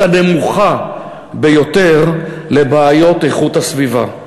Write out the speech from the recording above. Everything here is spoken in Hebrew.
הנמוכה ביותר לבעיות איכות הסביבה.